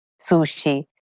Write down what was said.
sushi